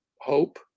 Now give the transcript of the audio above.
hope